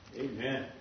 Amen